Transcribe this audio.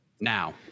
now